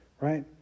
right